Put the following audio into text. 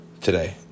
today